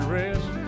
rest